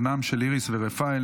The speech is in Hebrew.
בנם של איריס ורפאל,